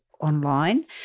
online